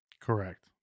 correct